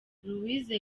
louise